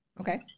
Okay